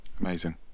Amazing